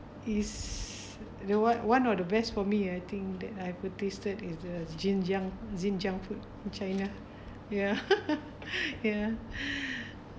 is the one one of the best for me I think that I have tasted is the jin jiang jin jiang food in china ya ya